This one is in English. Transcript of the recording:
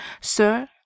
Sir